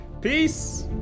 Peace